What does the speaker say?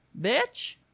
bitch